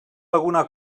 alguna